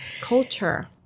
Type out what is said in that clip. culture